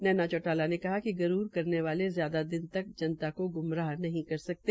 नैना चौटाला ने कहा कि गरूर करने वाले ज्याद दिन तक जनता को ग्मराह नहीं कर सकते